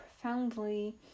profoundly